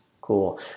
Cool